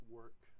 work